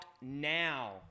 now